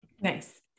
Nice